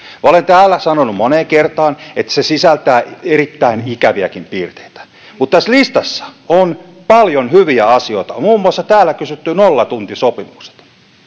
olen täällä sanonut moneen kertaan että se sisältää erittäin ikäviäkin piirteitä mutta tässä listassa on paljon hyviä asioita muun muassa täällä kysytyt nollatuntisopimukset